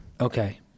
Okay